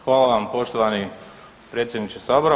Hvala vam poštovani predsjedniče sabora.